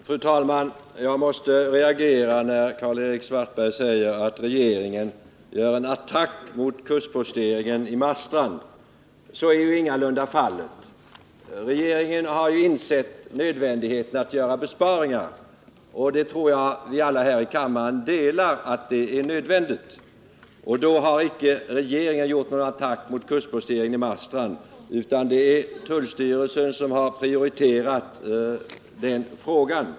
Fru talman! Jag måste reagera när Karl-Erik Svartberg säger att regeringen gör en attack mot kustposteringen i Marstrand. Så är ju ingalunda fallet. Regeringen har insett nödvändigheten av att göra besparingar. Jag tror att vi alla här i kammaren delar uppfattningen att det är nödvändigt. Regeringen har inte gjort någon attack mot kustposteringen i Marstrand, utan det är tullstyrelsen som har prioriterat den frågan.